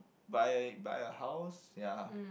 buy buy a house ya